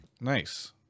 Nice